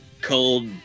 cold